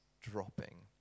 dropping